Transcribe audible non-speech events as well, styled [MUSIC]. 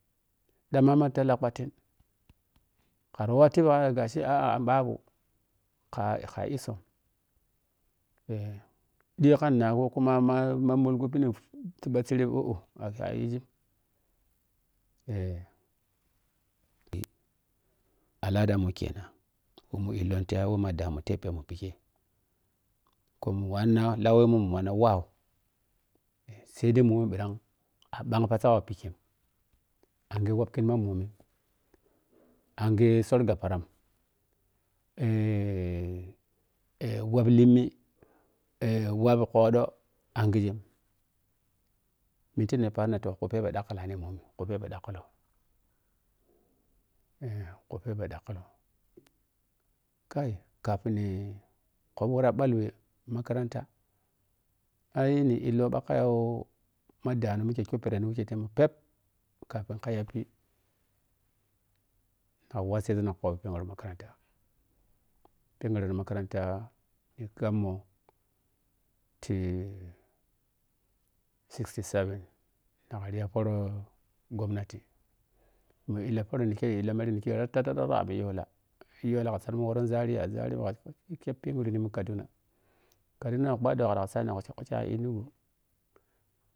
Dama ma talla kpattin khari wari yebwa aa gashi g. g babu wakha issom [HESITATION] ƌiyou kha nnagbom kuma ma-ma-molgho pinem sibba sereb ɔhɔh ayigim [HESITATION] al’adan mu kenan wei mun illɔn tiyai wei ma damun teb mun pikkhe khu mwa wanna lauwemun mun wanna wau sai dai bomim ɓirang aɓang kiji wei pikkhem ange wap kinman mbomim, ange sɔr gabparam [HESITATION] weap limmi [HESITATION] wap khoƌo angijem niteb nitei paro na toh khu phebe ƌakkulani mbomi khu phebe dakkulou [HESITATION] khu phebe dakkubu kai kafin ni khobo wora ɓalli wei ti makaranta ai ni illou ɓa khayou ma dano mikkhe kyupurem wikkei temou pep kafin kah yapi na wassezun na khobi pɛngru makaranta pɛngreni makaranta ni kyomou tii sisty seven nagha ri ya pohro gomnati ni illa peron kei ni illa mer nikyau ra-ta-ta-ta har yola, yola kha saden nemum woren zaria zaria kha wai sadmum kei pɛngranmunti kaduna kaduna akpaƌƌom khara waro saƌe mu shakkho kya enugu.